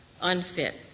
unfit